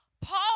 Paul